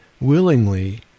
willingly